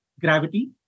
gravity